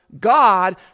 God